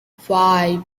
five